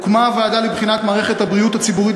הוקמה הוועדה לבחינת מערכת הבריאות הציבורית